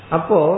Apo